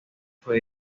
fue